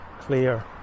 clear